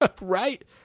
Right